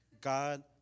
God